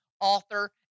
author